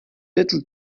little